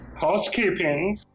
Housekeeping